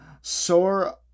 sore